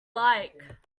like